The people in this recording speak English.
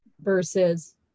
versus